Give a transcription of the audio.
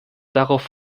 darauf